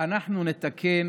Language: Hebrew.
אנחנו נתקן,